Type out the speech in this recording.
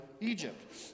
Egypt